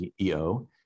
CEO